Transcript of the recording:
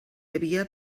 havia